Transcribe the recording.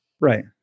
Right